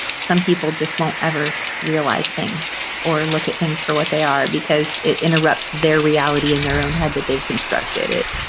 some people just won't ever realize things or look at things for what they are because it interrupts their reality in their own head that they've constructed it.